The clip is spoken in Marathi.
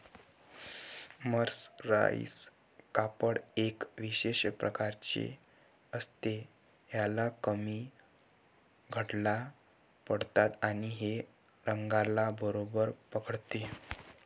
मर्सराइज कापड एका विशेष प्रकारचे असते, ह्याला कमी घड्या पडतात आणि हे रंगाला बरोबर पकडते